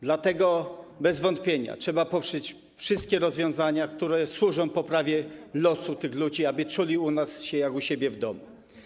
Dlatego bez wątpienia trzeba poprzeć wszystkie rozwiązania, które służą poprawie losu tych ludzi, aby czuli się u nas jak u siebie w domu.